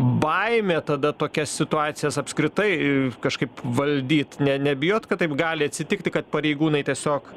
baimė tada tokias situacijas apskritai kažkaip valdyt ne nebijot kad taip gali atsitikti kad pareigūnai tiesiog